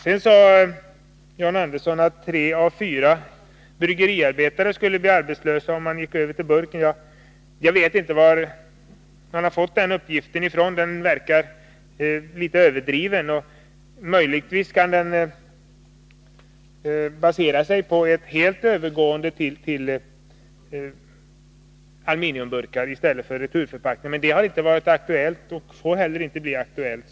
John Andersson sade att tre av fyra bryggeriarbetare skulle bli arbetslösa om man gick över till burken. Jag vet inte var han har fått den uppgiften ifrån. Den verkar litet överdriven. Möjligtvis kan den baseras på tanken att man skulle helt övergå till aluminiumburkar i stället för returförpackningar. Men det har inte varit aktuellt och får inte heller bli aktuellt.